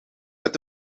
het